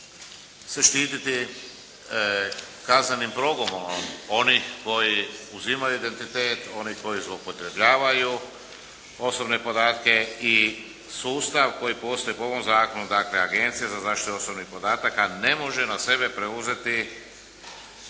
se štititi kaznenim progonom onih koji uzimaju identitet, oni koji zloupotrebljavaju osobne podatke i sustav koji postoji po ovom zakonu. Dakle, Agencija za zaštitu osobnih podataka ne može na sebe preuzeti